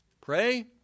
pray